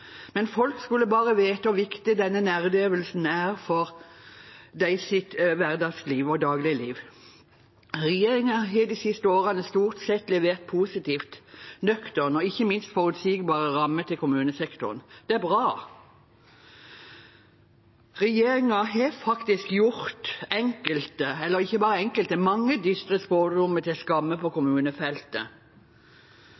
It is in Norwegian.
Men folk skulle bare vite hvor viktig denne nerdeøvelsen er for deres hverdagsliv og dagligliv. Regjeringen har de siste årene stort sett levert positive, nøkterne og ikke minst forutsigbare rammer til kommunesektoren. Det er bra. Regjeringen har faktisk gjort mange dystre spådommer til skamme på